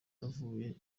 bavuye